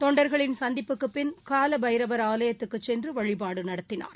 தொண்டர்களின் சந்திப்புக்குப் பின் காலபைரவர் ஆலயத்துக்குச் சென்றுவழிபாடுசெய்தார்